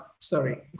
sorry